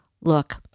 look